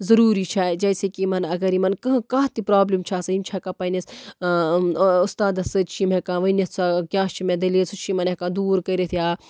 ضروٗری چھےٚ جیسے کہِ یِمن اَگر یِمن کانٛہہ تہِ پرابلِم چھےٚ آسان یِم چھِ ہیٚکان پَنٕنِس اۭں اۭں اُستادَس سۭتۍ چھِ یِم ہیٚکان ؤنِتھ سۄ کیاہ چھِ مےٚ دٔلیٖل سُہ چھُ یِمن ہیٚکان دوٗر کٔرِتھ یا